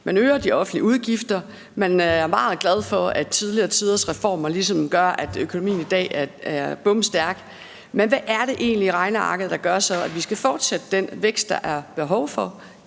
man øger de offentlige udgifter, og man er meget glad for, at tidligere tiders reformer ligesom gør, at økonomien i dag er bomstærk, men hvad er det så egentlig i regnearket, der gør, at vi kan fortsætte den vækst, der er behov for